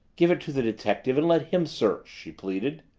give it to the detective and let him search, she pleaded.